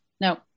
No